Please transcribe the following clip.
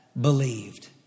believed